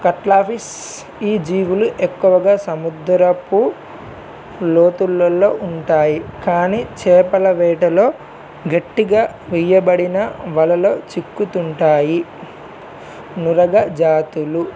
కట్లాఫీస్ ఈ జీవులు ఎక్కువగా సముద్రపు లోతులల్లో ఉంటాయి కానీ చేపల వేటలో గట్టిగా వెయ్యబడిన వలలో చిక్కుతుంటాయి నుురగ జాతులు